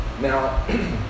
Now